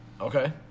Okay